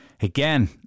again